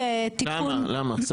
למה?